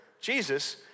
Jesus